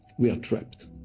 we are trapped,